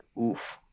oof